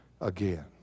again